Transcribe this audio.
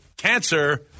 Cancer